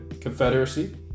Confederacy